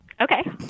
Okay